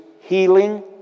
healing